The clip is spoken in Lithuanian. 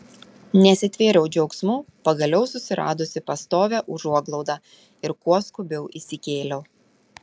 nesitvėriau džiaugsmu pagaliau susiradusi pastovią užuoglaudą ir kuo skubiau įsikėliau